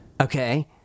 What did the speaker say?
Okay